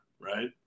Right